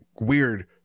weird